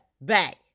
Back